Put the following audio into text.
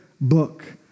book